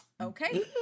okay